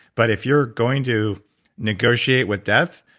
but if you're going to negotiate with death,